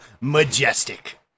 majestic